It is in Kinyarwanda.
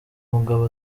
mugabo